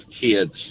kids